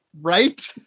right